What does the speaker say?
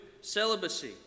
celibacy